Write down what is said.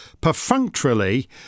perfunctorily